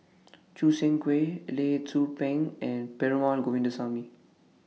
Choo Seng Quee Lee Tzu Pheng and Perumal Govindaswamy